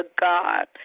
God